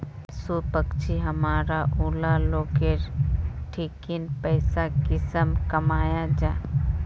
पशु पक्षी हमरा ऊला लोकेर ठिकिन पैसा कुंसम कमाया जा?